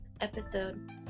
episode